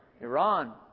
Iran